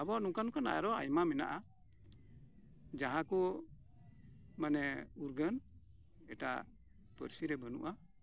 ᱟᱵᱚᱣᱟᱜ ᱱᱚᱝᱠᱟᱱᱼᱱᱚᱝᱠᱟᱱ ᱟᱨᱦᱚᱸ ᱟᱭᱢᱟ ᱢᱮᱱᱟᱜᱼᱟ ᱡᱟᱦᱟᱸᱠᱚ ᱢᱟᱱᱮ ᱩᱨᱜᱟᱹᱱ ᱮᱴᱟᱜ ᱯᱟᱹᱨᱥᱤ ᱨᱮ ᱵᱟᱹᱱᱩᱜᱼᱟ